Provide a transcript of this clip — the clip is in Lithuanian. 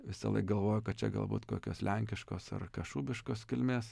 visąlaik galvojo kad čia galbūt kokios lenkiškos ar kašubiškos kilmės